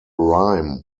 rhyme